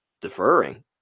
deferring